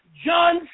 John